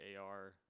AR